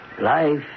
Life